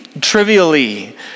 trivially